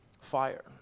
fire